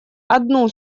одну